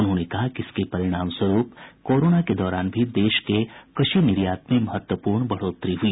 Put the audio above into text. उन्होंने कहा कि इसके परिणामस्वरूप कोरोना के दौरान भी देश के कृषि निर्यात में महत्वपूर्ण बढ़ोतरी हुई